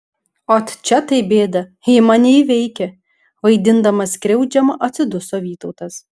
ot čia tai bėda ji mane įveikia vaidindamas skriaudžiamą atsiduso vytautas